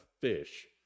fish